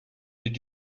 did